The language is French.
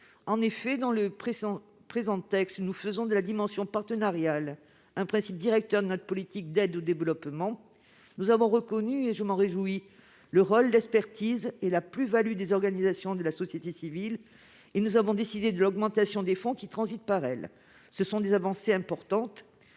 Au sein du présent texte, nous faisons de la dimension partenariale un principe directeur de notre politique d'aide au développement. Nous avons reconnu, et je m'en réjouis, le rôle d'expertise et la plus-value des organisations de la société civile et nous avons décidé de l'augmentation des fonds qui transitent par elles. Ce sont des avancées importantes.